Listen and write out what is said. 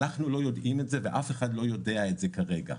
אנחנו לא יודעים את זה ואף אחד לא יודע את זה כרגע.